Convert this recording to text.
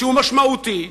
שהוא משמעותי,